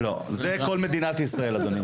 לא, זה כל מדינת ישראל אדוני.